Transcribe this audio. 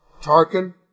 Tarkin